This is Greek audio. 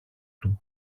του